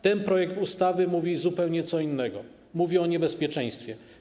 Ten projekt ustawy mówi zupełnie co innego, mówi o niebezpieczeństwie.